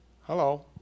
Hello